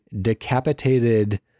decapitated